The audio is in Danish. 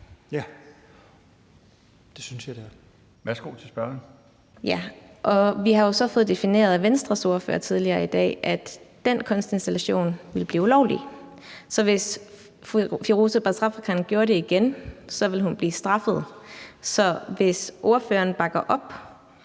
Værsgo til spørgeren. Kl. 21:34 Susie Jessen (DD): Ja, og vi har jo så fået defineret af Venstres ordfører tidligere i dag, at den kunstinstallation vil blive ulovlig. Så hvis Firoozeh Bazrafkan gjorde det igen, ville hun blive straffet. Så hvis privatisten bakker op